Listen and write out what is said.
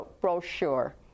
brochure